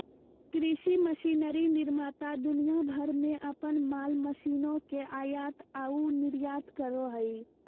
कृषि मशीनरी निर्माता दुनिया भर में अपन माल मशीनों के आयात आऊ निर्यात करो हइ